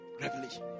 Revelation